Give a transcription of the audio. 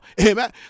amen